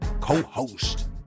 co-host